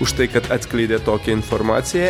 už tai kad atskleidė tokią informaciją